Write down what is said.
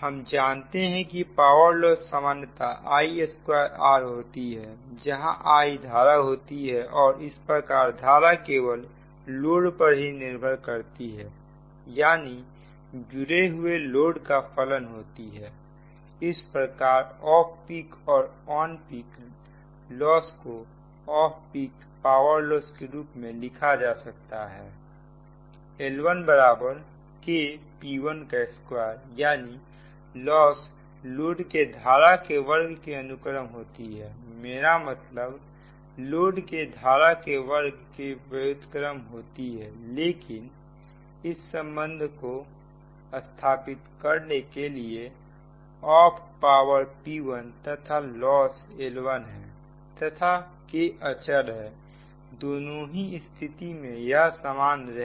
हम जानते हैं कि पावर लॉस सामान्यतः I 2 R होती है जहां I धारा होती है और इस प्रकार धारा केवल लोड पर ही निर्भर करती है यानी जुड़े हुए लोड का फलन होती है इस प्रकार ऑफ पीक और ऑन पिक लॉस को ऑफ पीक पावर लॉस के रूप में लिखा जा सकता है L1KP12 क्योंकि लॉस लोड के धारा के वर्ग के अनुक्रम होती है मेरा मतलब लोड के धारा के वर्ग के व्युत्क्रम होती है लेकिन इस संबंध को स्थापित करने के लिए ऑफ पावर P1 तथा लॉस L1 है तथा K अचर है दोनों ही स्थिति में यह सामान रहेगा